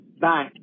Bye